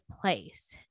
place